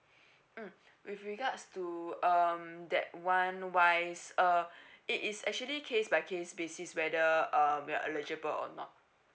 mm with regards to um that one wise uh it is actually case by case basis whether um you're eligible or not